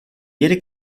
ihre